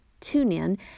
TuneIn